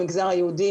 מהגזר היהודי,